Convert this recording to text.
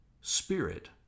spirit